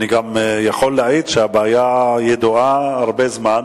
אני יכול להעיד שהבעיה ידועה הרבה זמן,